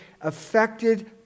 affected